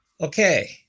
Okay